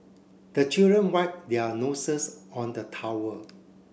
the children wipe their noses on the towel